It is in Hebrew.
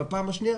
בפעם השנייה,